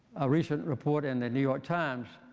a recent report in the new york times